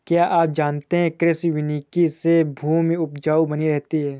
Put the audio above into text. क्या आप जानते है कृषि वानिकी से भूमि उपजाऊ बनी रहती है?